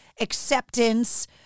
acceptance